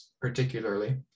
particularly